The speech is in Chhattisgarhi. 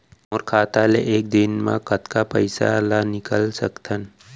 मोर खाता ले एक दिन म कतका पइसा ल निकल सकथन?